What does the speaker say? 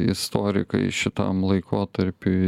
istorikai šitam laikotarpiui